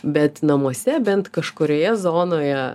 bet namuose bent kažkurioje zonoje